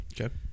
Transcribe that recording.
okay